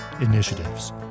initiatives